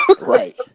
Right